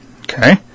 Okay